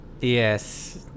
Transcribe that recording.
Yes